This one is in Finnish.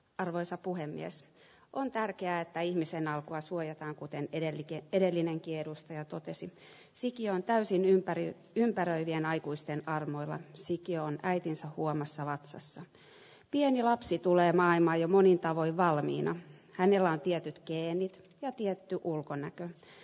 arvoisa puhemies on tärkeää että ihmisen alkua suojataan kuten edeltä edellinen kierrosta ja totesi sikiö on täysin ympäri ympäröivien aikuisten armoilla siiki on äitinsä huomassa vatsassa pieni lapsi tulee maailma ja monin tavoin valmiina hänellä on tietyt geenit letty ulkonäköä